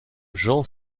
jean